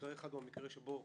מקרה אחד הוא המקרה שבו